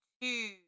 two